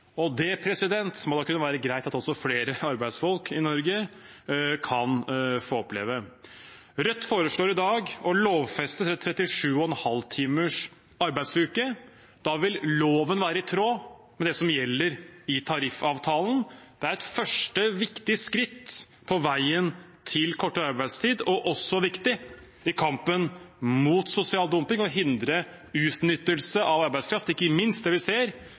må det da være greit at også flere arbeidsfolk i Norge kan få oppleve. Rødt foreslår i dag å lovfeste 37,5 timers arbeidsuke. Da vil loven være i tråd med det som gjelder i tariffavtalen. Det er et første viktig skritt på veien til kortere arbeidstid og også viktig i kampen mot sosial dumping, å hindre utnyttelse av arbeidskraft, ikke minst det vi ser